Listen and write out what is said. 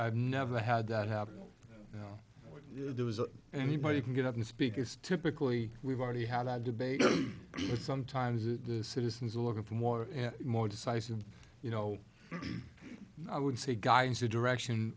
i've never had that happen when there was anybody can get up and speak is typically we've already had i debated but sometimes it the citizens are looking for more and more decisive you know i would say guidance or direction